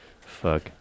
Fuck